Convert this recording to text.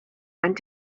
and